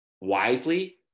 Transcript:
wisely